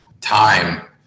time